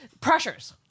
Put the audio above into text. pressures